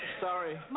Sorry